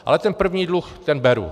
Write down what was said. Ale ten první dluh, ten beru.